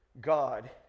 God